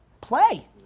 Play